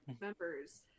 members